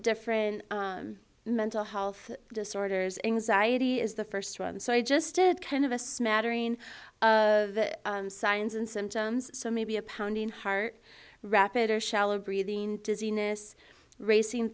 different mental health disorders anxiety is the first one so i just did kind of a smattering of signs and symptoms so maybe a pounding heart rapid or shallow breathing dizziness racing